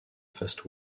face